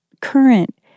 current